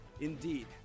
Indeed